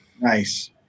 Nice